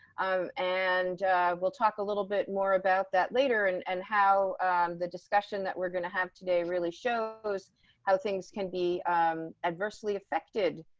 um and we'll talk a little bit more about that later. and and how the discussion that we're going to have today really shows how things can be adversely affected.